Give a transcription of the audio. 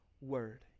Word